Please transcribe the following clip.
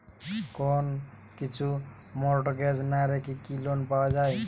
কোন কিছু মর্টগেজ না রেখে কি লোন পাওয়া য়ায়?